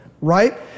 Right